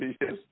yes